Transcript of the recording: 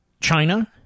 China